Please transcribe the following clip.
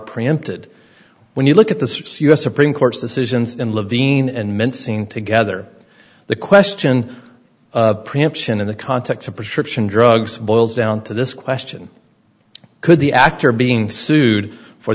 preempted when you look at the u s supreme court's decisions in levine and mincing together the question of preemption in the context of prescription drugs boils down to this question could the actor being sued for